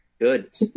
Good